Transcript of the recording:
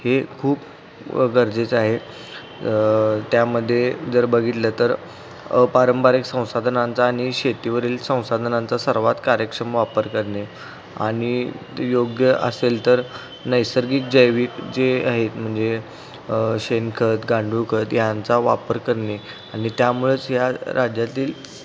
हे खूप गरजेचं आहे त्यामध्ये जर बघितलं तर अपारंपरिक संसाधनांचा आणि शेतीवरील संसाधनांचा सर्वात कार्यक्षम वापर करणे आणि योग्य असेल तर नैसर्गिक जैविक जे आहेत म्हणजे शेणखत गांडूळखत यांचा वापर करणे आणि त्यामुळेच या राज्यातील